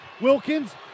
Wilkins